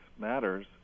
matters